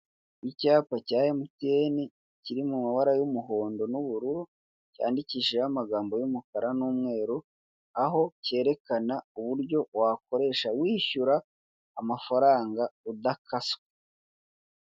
icyapa cya MTN kiri mu mabara y'umuhondo n'ubururu cyandikishijwemo amagambo y'umukara n'umweru aho kerekana uko wishyura amafaranga udakaswe.